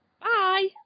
Bye